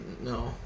No